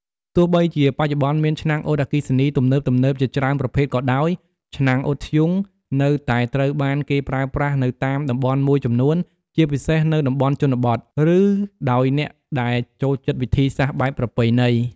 ទោះបីជាបច្ចុប្បន្នមានឆ្នាំងអ៊ុតអគ្គិសនីទំនើបៗជាច្រើនប្រភេទក៏ដោយ ឆ្នាំងអ៊ុតធ្យូងនៅតែត្រូវបានគេប្រើប្រាស់នៅតាមតំបន់មួយចំនួន ជាពិសេសនៅតំបន់ជនបទ ឬដោយអ្នកដែលចូលចិត្តវិធីសាស្ត្របែបប្រពៃណី។